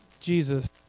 Jesus